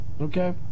okay